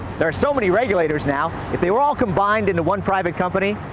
there are so many regulators now, if they were all combined into one private company,